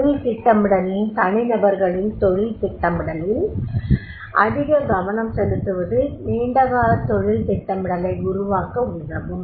தொழில் திட்டமிடலில் தனிநபர்களின் தொழில் திட்டமிடலில் அதிக கவனம் செலுத்துவது நீண்டகால தொழில் திட்டமிடலை உருவாக்க உதவும்